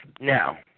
Now